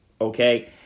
okay